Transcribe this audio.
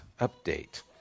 update